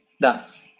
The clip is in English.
thus